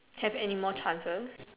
have any more chances